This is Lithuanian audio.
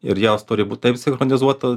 ir jos turi būt taip sinchronizuota